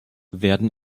werden